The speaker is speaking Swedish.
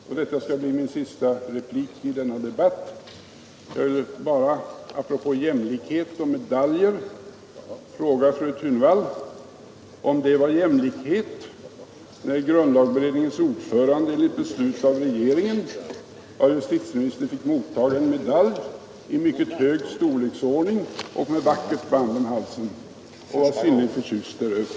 Herr talman! Detta skall bli min sista replik i denna debatt. Jag vill bara apropå jämlikhet och medaljer fråga fru Thunvall om det var jämlikhet när grundlagberedningens ordförande — enligt beslut av regeringen — av justitieministern fick mottaga en medalj i mycket hög storleksordning att bäras i vackert band om halsen. Han var synnerligen förtjust däröver.